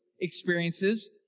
experiences